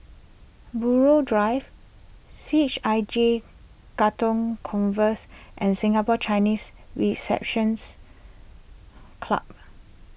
Buroh Drive C H I J Katong converse and Singapore Chinese receptions Club